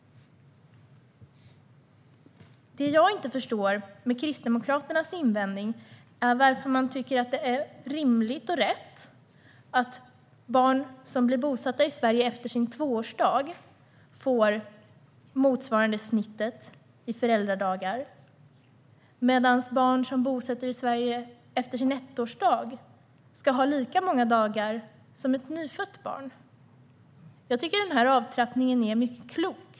Det jag inte förstår med Kristdemokraternas invändning är varför man tycker att det är rätt och rimligt att barn som blir bosatta i Sverige efter sin tvåårsdag får föräldradagar motsvarande snittet, medan barn som bosätter sig i Sverige efter sin ettårsdag ska ha lika många dagar som ett nyfött barn. Jag tycker att den här avtrappningen är mycket klok.